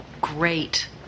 great